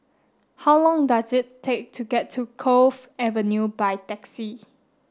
how long does it take to get to Cove Avenue by taxi